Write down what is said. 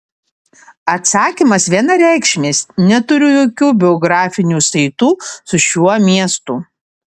atsakymas vienareikšmis neturiu jokių biografinių saitų su šiuo miestu